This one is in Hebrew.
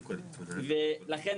לכן,